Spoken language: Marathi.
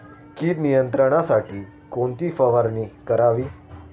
कीड नियंत्रणासाठी कोणती फवारणी करावी?